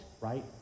right